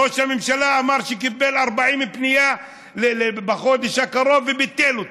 ראש הממשלה אמר שקיבל 40 פניות בחודש הקרוב וביטל אותן,